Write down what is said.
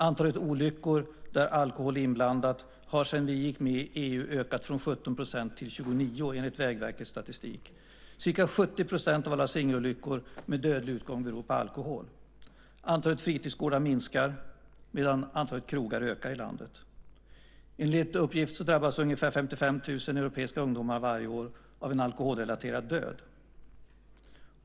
Andelen olyckor där alkohol är inblandad har sedan vi gick med i EU ökat från 17 % till 29 % enligt Vägverkets statistik. Ca 70 % av alla singelolyckor med dödlig utgång beror på alkohol. Antalet fritidsgårdar minskar medan antalet krogar ökar i landet. Enligt uppgift drabbas ungefär 55 000 europeiska ungdomar varje år av alkoholrelaterad död.